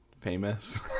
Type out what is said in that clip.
famous